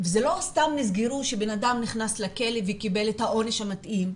זה לא סתם נסגרו שאדם נכנס לכלא וקיבל את העונש המתאים,